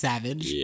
Savage